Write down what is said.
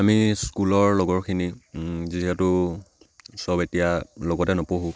আমি স্কুলৰ লগৰখিনি যিহেতু সব এতিয়া লগতে নপঢ়ো